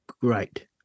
great